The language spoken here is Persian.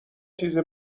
چیز